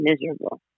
miserable